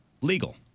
legal